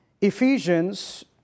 Ephesians